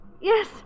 Yes